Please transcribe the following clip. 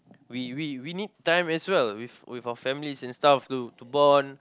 we we we need time as well with with our families and stuff to bond